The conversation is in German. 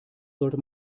sollte